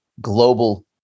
global